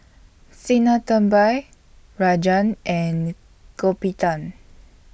Sinnathamby Rajan and